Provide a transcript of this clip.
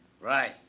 Right